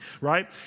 right